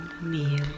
meal